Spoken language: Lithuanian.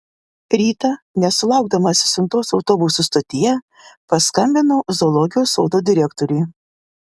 rytą nesulaukdamas siuntos autobusų stotyje paskambinau zoologijos sodo direktoriui